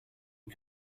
you